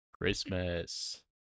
Christmas